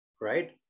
Right